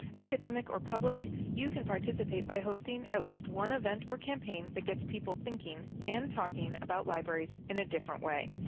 academic or public, you can participate by hosting at least one event or campaign that gets people thinking and talking about libraries in a different way.